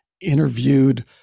interviewed